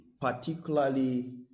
particularly